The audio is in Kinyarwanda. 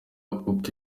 uko